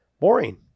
boring